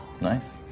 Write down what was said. Nice